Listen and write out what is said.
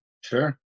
Sure